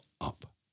up